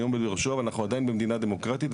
אני עומד בראשו, אבל אנחנו עדיין במדינה דמוקרטית.